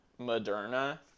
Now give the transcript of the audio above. Moderna